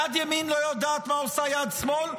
יד ימין לא יודעת מה שעושה יד שמאל,